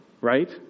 right